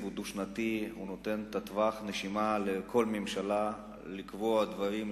הדו-שנתי נותן את טווח הנשימה לכל ממשלה לקבוע דברים,